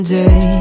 day